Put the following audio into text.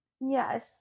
Yes